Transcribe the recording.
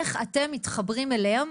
איך אתם מתחברים אליהם,